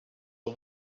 are